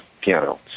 piano